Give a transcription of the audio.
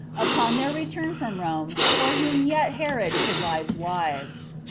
upon their return from rome for whom yet herod provides wives.